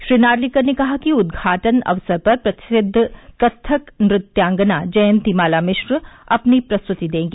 श्री नार्लिकर ने कहा कि उद्घाटन अवसर पर प्रसिद्व कत्थक नृत्यांगना जयन्ती माला मिश्रा अपनी प्रस्तुति देंगी